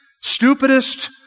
stupidest